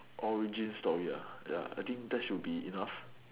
origin story ah ya I think that should be enough